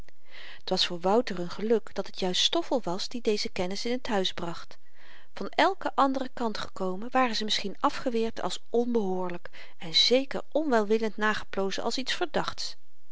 t was voor wouter n geluk dat het juist stoffel was die deze kennis in t huis bracht van elken anderen kant gekomen ware ze misschien afgeweerd als onbehoorlyk en zeker onwelwillend nageplozen als iets verdachts